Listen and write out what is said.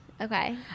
Okay